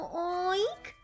oink